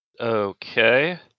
Okay